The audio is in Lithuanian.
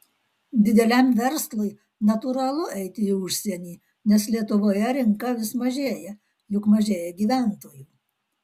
dideliam verslui natūralu eiti į užsienį nes lietuvoje rinka vis mažėja juk mažėja gyventojų